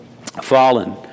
fallen